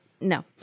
No